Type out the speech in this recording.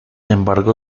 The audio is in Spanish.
embargo